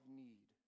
need